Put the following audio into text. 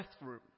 bathroom